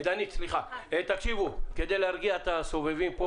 כדי להרגיע את הנוכחים,